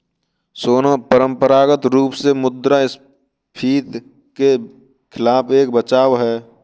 सोना परंपरागत रूप से मुद्रास्फीति के खिलाफ एक बचाव है